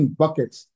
buckets